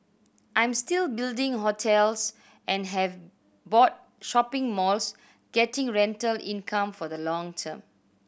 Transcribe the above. I'm still building hotels and have bought shopping malls getting rental income for the long term